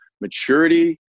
maturity